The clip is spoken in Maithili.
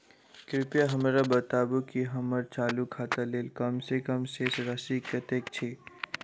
कृपया हमरा बताबू की हम्मर चालू खाता लेल कम सँ कम शेष राशि कतेक छै?